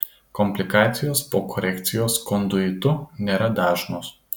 komplikacijos po korekcijos konduitu nėra dažnos